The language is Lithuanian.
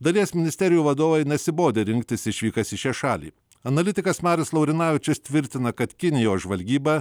dalies ministerijų vadovai nusibodę rinktis išvykas į šią šalį analitikas marius laurinavičius tvirtina kad kinijos žvalgyba